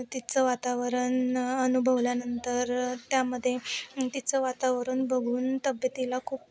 तिथचं वातावरण अनुभवल्यानंतर त्यामध्ये तिथचं वातावरण बघून तब्येतीला खूप